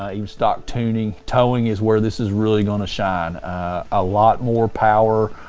ah um stock tuning, towing is where this is really going to shine. a lot more power,